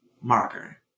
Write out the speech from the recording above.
marker